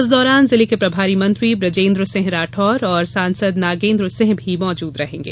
इस दौरान जिले के प्रभारी मंत्री ब्रजेन्द्र सिंह राठौर और सांसद नागेन्द्र सिंह भी मौजूद रहेंगे